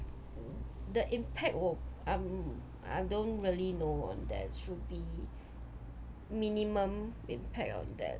the impact 我 I I don't really know on that should be minimum impact on that